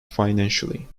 financially